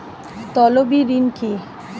তলবি ঋণ কি?